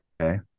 okay